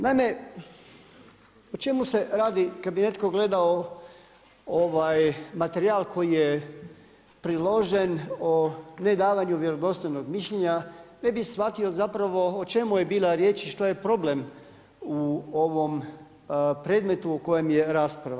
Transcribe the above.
Naime, o čemu se radi? kada bi netko gledao ovaj materijal koji je priložen o nedavanju vjerodostojnog mišljenja, ne bi shvatio o čemu je bilo riječ i što je problem u ovom predmetu o kojem je rasprava.